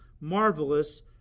marvelous